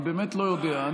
אני באמת לא יודע.